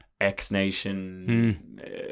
X-Nation